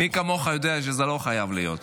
מי כמוך יודע שזה לא חייב להיות.